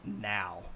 now